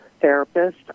therapist